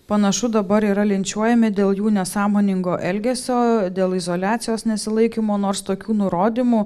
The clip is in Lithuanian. panašu dabar yra linčiuojami dėl jų nesąmoningo elgesio dėl izoliacijos nesilaikymo nors tokių nurodymų